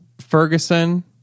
Ferguson